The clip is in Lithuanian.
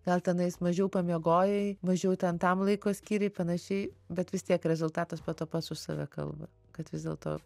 gal tenais mažiau pamiegojai mažiau ten tam laiko skyrei panašiai bet vis tiek rezultatas po to pats už save kalba kad vis dėlto